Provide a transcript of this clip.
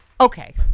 Okay